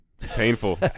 painful